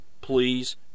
please